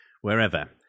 wherever